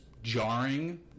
Jarring